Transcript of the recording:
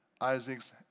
Isaac's